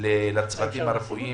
לצוותים הרפואיים,